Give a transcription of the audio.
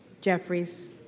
Jeffries